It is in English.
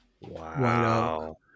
Wow